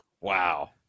Wow